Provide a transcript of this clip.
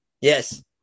Yes